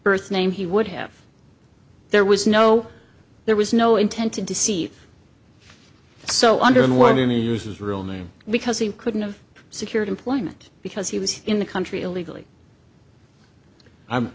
birth name he would have there was no there was no intent to deceive so under and we're going to use his real name because he couldn't have secured employment because he was in the country illegally